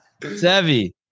Sevi